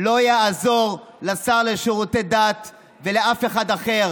לא יעזור לשר לשירותי דת ולאף אחד אחר: